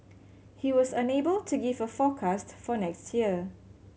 he was unable to give a forecast for next year